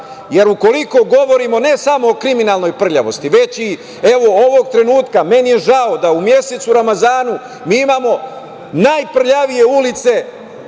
jer ukoliko govorimo ne samo o kriminalnoj prljavosti, već evo ovog trenutka mi je žao da u mesecu Ramazana mi imamo najprljavije ulice